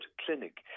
clinic